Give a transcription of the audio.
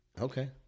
Okay